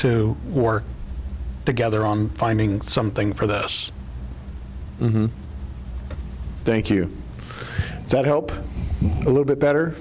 to work together on finding something for this thank you so help a little bit better